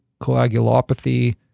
coagulopathy